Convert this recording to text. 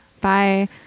bye